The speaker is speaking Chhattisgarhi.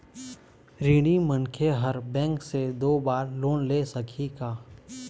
ऋणी मनखे हर बैंक से दो बार लोन ले सकही का?